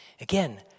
Again